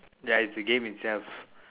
ya it's the game itself